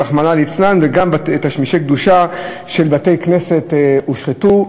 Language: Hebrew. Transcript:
רחמנא ליצלן, תשמישי קדושה של בתי-כנסת הושחתו.